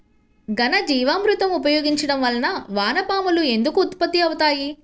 ఘనజీవామృతం ఉపయోగించటం వలన వాన పాములు ఎందుకు ఉత్పత్తి అవుతాయి?